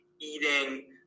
eating